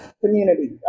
Community